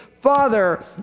Father